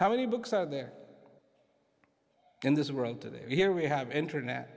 how many books are there in this world today here we have internet